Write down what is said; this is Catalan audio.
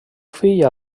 fill